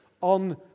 on